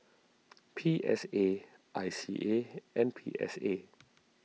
P S A I C A and P S A